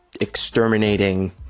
exterminating